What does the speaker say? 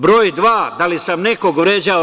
Broj dva, da li sam nekog vređao?